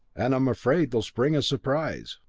and i'm afraid they'll spring a surprise.